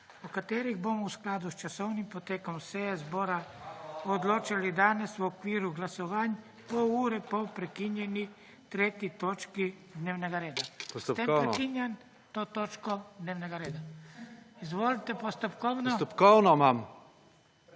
o katerih bomo v skladu s časovnim potekom seje zbora odločali danes v okviru glasovanj pol ure po prekinjeni 3. točki dnevnega reda. S tem prekinjam to točko dnevnega reda. Izvolite postopkovno. **JANI